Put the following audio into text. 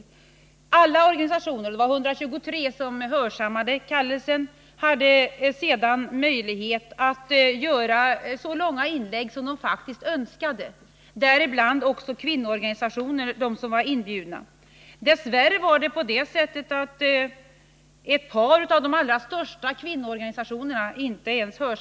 Representanterna för alla organisationer — 123 hörsammade kallelsen — hade sedan möjlighet att göra så långa inlägg som de önskade. Det gällde också representanterna för de inbjudna kvinnoorganisationerna. Dess värre hörsammade ett par av de största kvinnoorganisationernaiinte inbjudan.